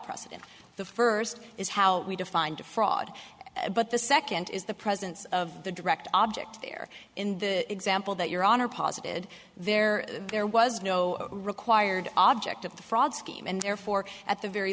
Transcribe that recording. precedent the first is how we defined a fraud but the second is the presence of the direct object there in the example that your honor posited there there was no required object of the fraud scheme and therefore at the very